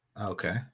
Okay